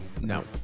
No